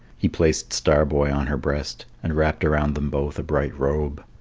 he placed star-boy on her breast, and wrapped around them both a bright robe.